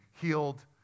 healed